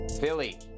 Philly